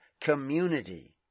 community